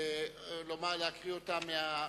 להקריא אותה מהצד.